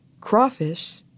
Crawfish